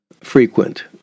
frequent